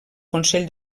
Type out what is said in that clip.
consell